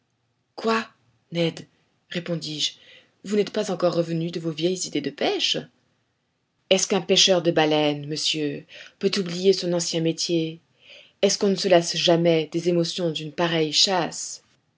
quoi ned répondis-je vous n'êtes pas encore revenu de vos vieilles idées de pêche est-ce qu'un pêcheur de baleines monsieur peut oublier son ancien métier est-ce qu'on se lasse jamais des émotions d'une pareille chasse